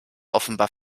offenbar